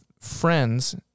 friends